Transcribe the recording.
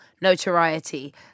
notoriety